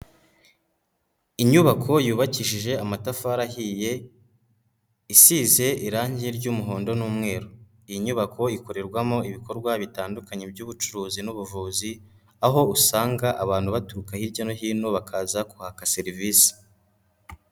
Inyubako yubakishije amatafari ahiye isize irangi ry'umuhondo n'umweru, iyi nyubako ikorerwamo ibikorwa bitandukanye by'ubucuruzi n'ubuvuzi aho usanga abantu baturuka hirya no hino bakaza kuhaka serivisi.